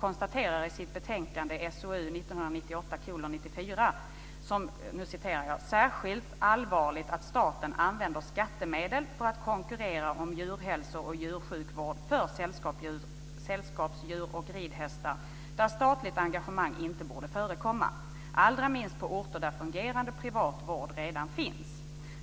konstaterar i sitt betänkande SOU 1998:94 "det som särskilt allvarligt att staten använder skattemedel för att konkurrera om djurhälso och djursjukvård för sällskapsdjur och ridhästar där statligt engagemang inte borde förekomma, allra minst på orter där fungerande privat vård redan finns.